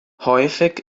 häufig